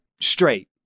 straight